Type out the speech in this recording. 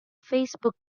facebook